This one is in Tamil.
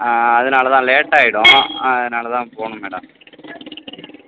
அதனால தான் லேட்டாயிடும் அதனால தான் போகணும் மேடம்